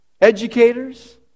educators